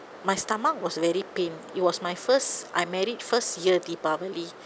my stomach was very pain it was my first I married first year deepavali